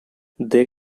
they